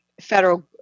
federal